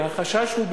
והחשש הוא,